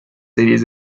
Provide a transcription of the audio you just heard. series